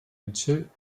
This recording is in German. mitchell